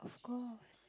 of course